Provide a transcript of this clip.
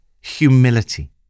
humility